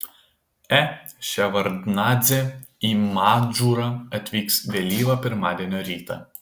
e ševardnadzė į madžūrą atvyks vėlyvą pirmadienio rytą